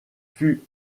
fut